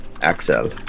Axel